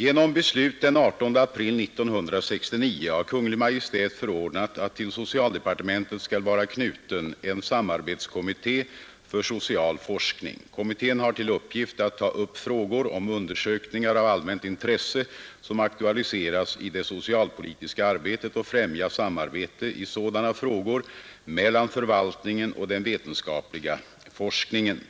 Genom beslut den 18 april 1969 har Kungl. Maj:t förordnat att till socialdepartementet skall vara knuten en samarbetskommitté för social forskning. Kommittén har till uppgift att ta upp frågor om undersökningar av allmänt intresse som aktualiseras i det socialpolitiska arbetet och främja samarbete i sådana frågor mellan förvaltningen och den vetenskapliga forskningen,